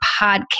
podcast